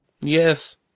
Yes